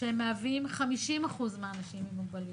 שמהווים 50% מהאנשים עם מוגבלויות.